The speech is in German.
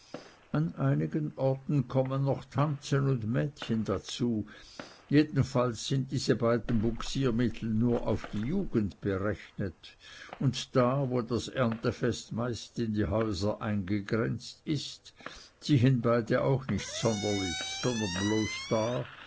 an einigen orten kommen noch tanzen und mädchen dazu jedenfalls sind diese beiden bugsiermittel nur auf die jugend berechnet und da wo das erntefest meist in die häuser eingegrenzt ist ziehen beide auch nicht sonderlich sondern bloß da